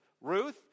Ruth